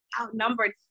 outnumbered